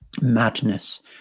madness